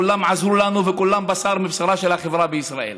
כולם עזרו לנו וכולם בשר מבשרה של החברה בישראל.